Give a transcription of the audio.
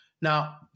Now